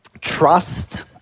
trust